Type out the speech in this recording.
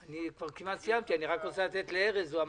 ארז,